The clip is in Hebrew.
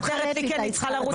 דבי מוותרת לי, כי אני צריכה לרוץ.